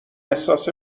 احساس